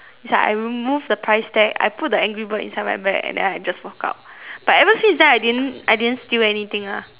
it's like I removed the price tag I put the angry bird inside my bag and then I just walk out but ever since then I didn't I didn't steal anything lah